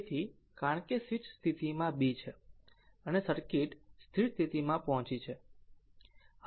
તેથી કારણ કે સ્વીચ સ્થિતિમાં b છે અને સર્કિટ સ્થિર સ્થિતિમાં પહોંચી છે